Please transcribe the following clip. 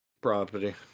property